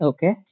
Okay